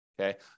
okay